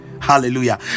hallelujah